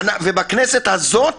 ובכנסת הזאת